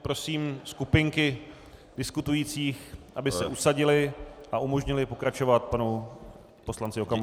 Prosím skupinky diskutujících, aby se usadily a umožnily pokračovat panu poslanci Okamurovi.